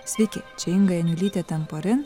sveiki čia inga janiulytė temporin